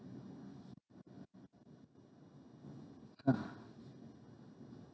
ah